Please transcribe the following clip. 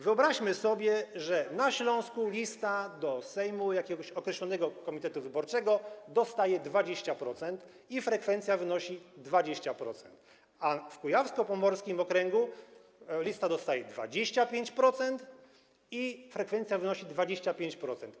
Wyobraźmy sobie, że na Śląsku lista do Sejmu, jakiegoś określonego komitetu wyborczego, dostaje 20% i frekwencja wynosi 20%, a w okręgu kujawsko-pomorskim lista dostaje 25% i frekwencja wynosi 25%.